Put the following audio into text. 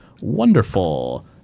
Wonderful